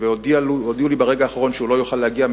והודיעו לי ברגע האחרון שהוא לא יוכל להגיע,